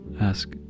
Ask